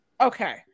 Okay